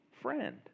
friend